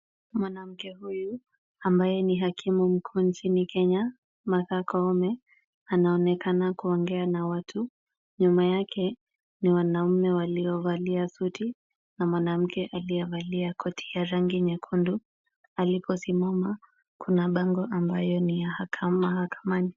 Mwanamke huyu ambaye ni hakimu mkuu nchini Kenya Martha Koome, anaonekana kuongea na watu. Nyuma yake ni wanaume waliovalia suti na mwanamke aliyevalia koti ya rangi nyekundu. Alikosimama kuna bango ambayo ni ya mahakamani.